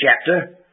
chapter